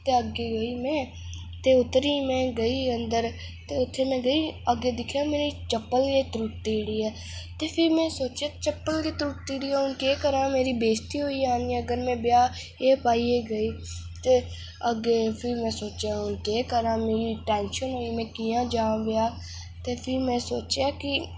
ते अग्गें गेई में ते उतरी में गेई अंदर ते उत्थै में गेई अग्गें दिक्खेआ मेरी चप्पल गै त्रुटी गेदी ऐ ते फ्ही में सोचेआ चप्पल गै त्रुट्टी दे ऐ हून के करां मेरी ते बेजती होई जानी अगर में ब्याह एह् पाइयै गेई ते अग्गें फ्ही में सोचेआ हून केह् करां मी टैंशन होई गेई कि'यां जाह्ङ ब्याह फिर में सोचेआ कि